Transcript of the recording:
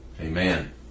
Amen